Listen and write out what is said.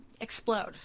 Explode